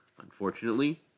Unfortunately